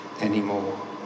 anymore